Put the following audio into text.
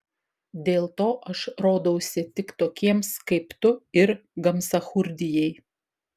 dėl to aš rodausi tik tokiems kaip tu ir gamsachurdijai